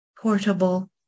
portable